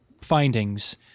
findings